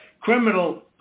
criminal